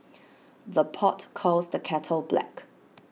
the pot calls the kettle black